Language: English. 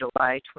July